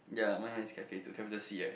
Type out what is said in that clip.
ya mine is cafe too capital C right